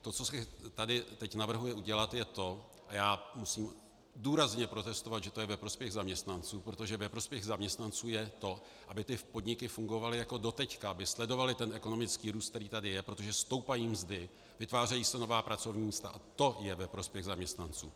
To, co se tady teď navrhuje udělat, je to a já musím důrazně protestovat, že to je ve prospěch zaměstnanců, protože ve prospěch zaměstnanců je to, aby podniky fungovaly jako doteď, aby sledovaly ekonomický růst, který tady je, protože stoupají mzdy, vytvářejí se nová pracovní místa a to je ve prospěch zaměstnanců.